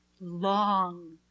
long